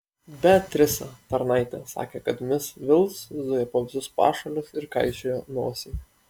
beatrisa tarnaitė sakė kad mis vils zujo po visus pašalius ir kaišiojo nosį